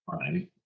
right